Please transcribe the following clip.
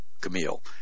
Camille